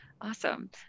Awesome